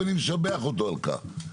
ואני משבח אותו כך,